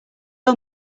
all